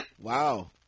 Wow